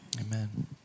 Amen